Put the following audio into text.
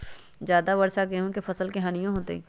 ज्यादा वर्षा गेंहू के फसल मे हानियों होतेई?